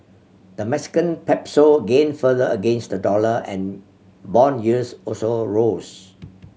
the Mexican Peso gained further against the dollar and bond yields also rose